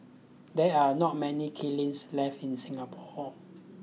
there are not many left in Singapore